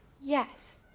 Yes